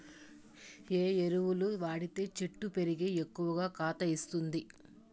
ఏ ఎరువులు వాడితే చెట్టు పెరిగి ఎక్కువగా కాత ఇస్తుంది?